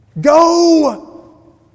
Go